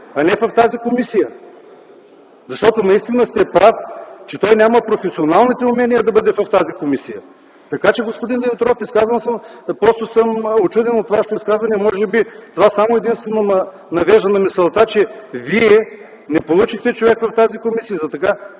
а не в тази комисия. Защото наистина сте прав, че той няма професионалните умения да бъде в тази комисия. Така че, господин Димитров, просто съм учуден от Вашето изказване. Това само и единствено ме навежда на мисълта, че Вие не получихте човек в тази комисия